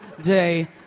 day